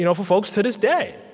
you know for folks to this day.